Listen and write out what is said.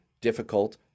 difficult